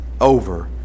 over